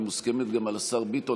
היא מוסכמת גם על שר ביטון.